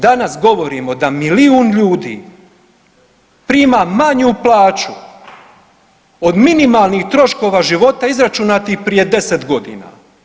Danas govorimo da milijun ljudi prima manju plaću od minimalnih troškova života izračunatih prije 10 godina.